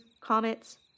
comets